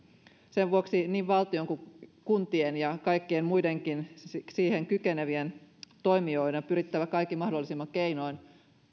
sen vuoksi niin valtion kuin kuntien ja kaikkien muidenkin siihen kykenevien toimijoiden on pyrittävä kaikin mahdollisin keinoin